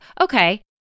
okay